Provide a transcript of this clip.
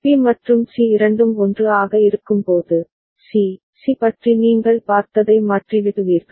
B மற்றும் C இரண்டும் 1 ஆக இருக்கும்போது சி சி பற்றி நீங்கள் பார்த்ததை மாற்றிவிடுவீர்கள்